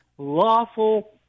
Lawful